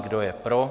Kdo je pro?